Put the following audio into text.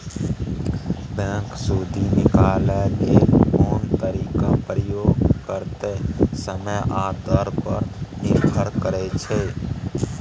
bank सुदि निकालय लेल कोन तरीकाक प्रयोग करतै समय आ दर पर निर्भर करै छै